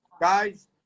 Guys